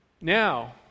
Now